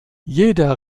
jeder